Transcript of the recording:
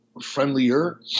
friendlier